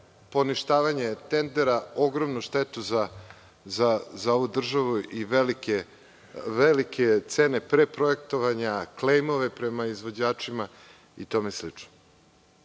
poništavanje tendera, ogromnu štetu za ovu državu i velike cene preprojektovanja, klejmove prema izvođačima i tome slično.